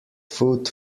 foot